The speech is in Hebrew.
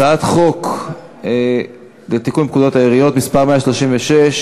הצעת חוק לתיקון פקודת העיריות (מס' 136)